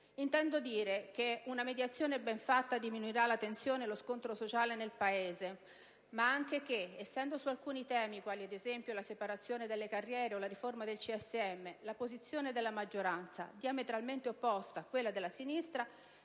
Intendo dire che una mediazione ben fatta diminuirà la tensione e lo scontro sociale nel Paese, ma anche che, essendo su alcuni temi, quali ad esempio la separazione delle carriere o la riforma del CSM, la posizione della maggioranza diametralmente opposta a quella della sinistra,